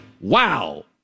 Wow